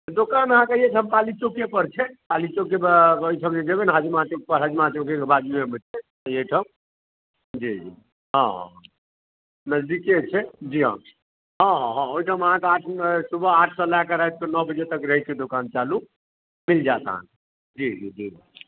दोकान अहाँकऽ एहिएठाम पाली चौके पर छै पाली चौक जे एहिठाम जे जयबै ने हजमा छै हजमा छै ओकरे के बाजुएमे छै एहिठाम जी हाँ नजदीके छै जी हाँ हाँ हाँ हाँ ओहिठाम अहाँकऽ आठ सुबह आठ सँ लैकऽ राति कऽ नओ बजे तक रहैत छै दोकान चालू मिल जायत अहाँकेँ जी जी जी